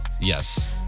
Yes